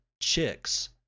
chicks